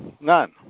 None